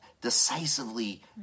decisively